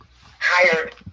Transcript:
hired